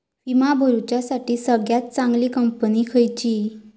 विमा भरुच्यासाठी सगळयात चागंली कंपनी खयची?